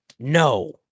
No